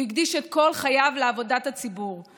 הוא הקדיש את כל חייו לעבודת הציבור.